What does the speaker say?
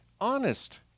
honest